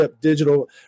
digital